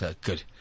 Good